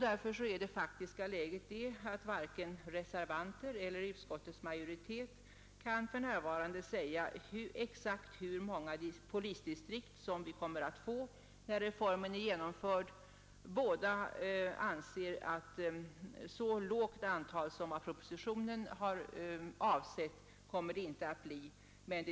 Därför är det faktiska läget det att varken reservanterna eller utskottets majoritet för närvarande kan säga exakt hur många polisdistrikt som vi kommer att få när reformen är genomförd. Man anser att det inte kommer att bli ett så lågt antal som vad propositionen avsett, men